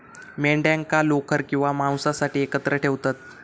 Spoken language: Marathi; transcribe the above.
मेंढ्यांका लोकर किंवा मांसासाठी एकत्र ठेवतत